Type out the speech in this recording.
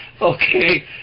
Okay